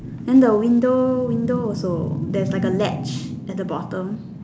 then the window window also there's like a ledge at the bottom